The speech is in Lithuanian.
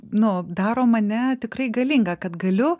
nu daro mane tikrai galinga kad galiu